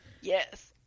Yes